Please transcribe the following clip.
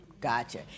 Gotcha